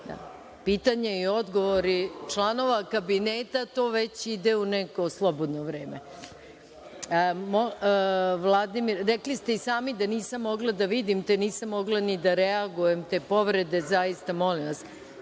i odgovor članova kabineta, to već ide u neko slobodno vreme. Rekli ste i sami da nisam mogla da vidim, te nisam mogla ni da reagujem na povredu. Reč ima